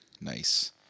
Nice